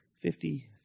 fifty